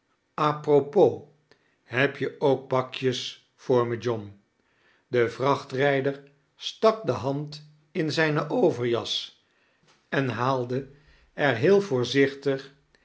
propos heb je ook pakjes voor me john de vrachtrijder stak de hand in zijne overjas en haalde er heel voorziohtig